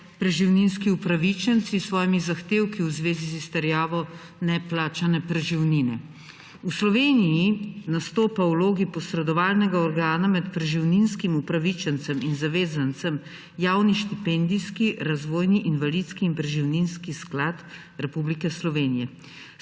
preživninski upravičenci s svojimi zahtevki v zvezi z izterjavo neplačane preživnine. V Sloveniji nastopa v vlogi posredovalnega organa med preživninskim upravičencem in zavezancem Javni štipendijski, razvojni, invalidski in preživninski sklad Republike Slovenije.